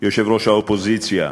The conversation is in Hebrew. יושב-ראש האופוזיציה,